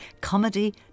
comedy